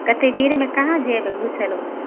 कतेक देरमे कहाँ जयबे घूसै घूसै